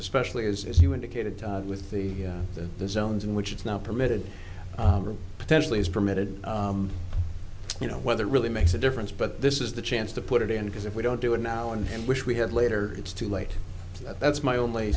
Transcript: especially as as you indicated with the zones in which it's now permitted potentially is permitted you know whether it really makes a difference but this is the chance to put it in because if we don't do it now and wish we had later it's too late that's my only